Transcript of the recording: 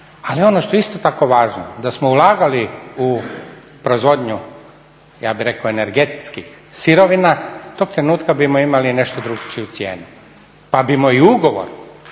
Ali ono što je isto tako važno da smo ulagali u proizvodnju ja bih rekao energetskih sirovina tog trenutka bismo imali i nešto drukčiju cijenu pa bismo i ugovor